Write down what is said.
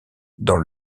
dans